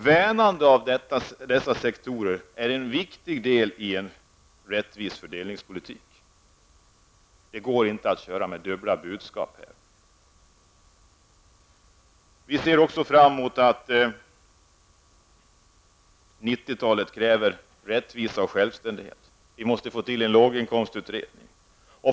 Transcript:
Värnande om dessa sektorer är ett viktigt led i en rättvis fördelningspolitik. Det går inte att köra med dubbla budskap här. En framgångsrik politik på 90-talet kräver rättvisa och självständighet. Vi måste få en låginkomstutredning.